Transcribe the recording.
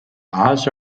áthas